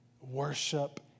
worship